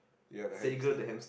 ya got hamster